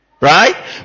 Right